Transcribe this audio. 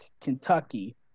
Kentucky